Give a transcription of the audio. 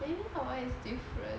maybe her [one] is different